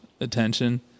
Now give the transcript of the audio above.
attention